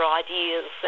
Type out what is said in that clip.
ideas